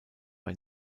bei